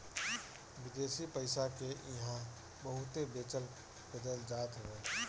विदेशी पईसा के इहां बहुते बेचल खरीदल जात हवे